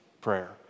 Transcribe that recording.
prayer